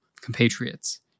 compatriots